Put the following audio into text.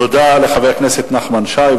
תודה לחבר הכנסת נחמן שי,